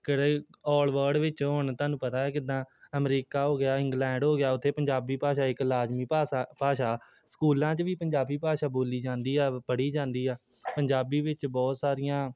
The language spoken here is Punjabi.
ਕਿਹੜੇ ਔਲ ਵਰਡ ਵਿੱਚ ਹੁਣ ਤੁਹਾਨੂੰ ਪਤਾ ਕਿੱਦਾਂ ਅਮਰੀਕਾ ਹੋ ਗਿਆ ਇੰਗਲੈਂਡ ਹੋ ਗਿਆ ਉੱਥੇ ਪੰਜਾਬੀ ਭਾਸ਼ਾ ਇੱਕ ਲਾਜ਼ਮੀ ਭਾਸਾ ਭਾਸ਼ਾ ਸਕੂਲਾਂ 'ਚ ਵੀ ਪੰਜਾਬੀ ਭਾਸ਼ਾ ਬੋਲੀ ਜਾਂਦੀ ਆ ਪੜ੍ਹੀ ਜਾਂਦੀ ਆ ਪੰਜਾਬੀ ਵਿੱਚ ਬਹੁਤ ਸਾਰੀਆਂ